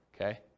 okay